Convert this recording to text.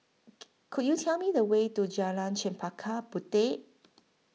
Could YOU Tell Me The Way to Jalan Chempaka Puteh